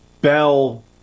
bell